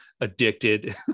addicted